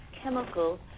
chemical